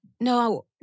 No